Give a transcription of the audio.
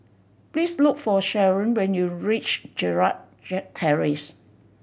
please look for Sheron when you reach Gerald Terrace